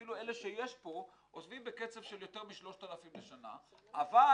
ואפילו אלה שיש פה עוזבים בקצב של יותר מ-3,000 שנה -- לא מספיק.